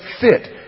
fit